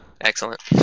Excellent